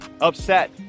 upset